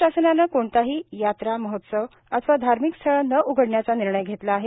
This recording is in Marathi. राज्य शासनाने कोणताही यात्रा महोत्सव आणि धार्मिक स्थळ न उघडण्याचा निर्णय घेतला आहे